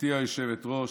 גברתי היושבת-ראש,